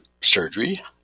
surgery